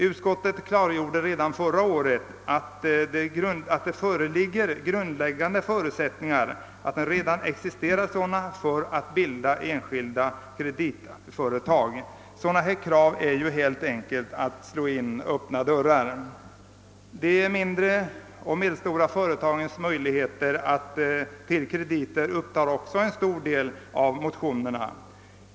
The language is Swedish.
Utskottet klargjorde redan förra året att det finns förutsättningar att bilda enskilda kreditföretag. Att framställa sådana krav är helt enkelt att slå in öppna dörrar. De mindre och medelstora företagens möjligheter till krediter upptar en stor del av motionerna.